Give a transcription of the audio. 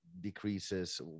decreases